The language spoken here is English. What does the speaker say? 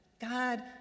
God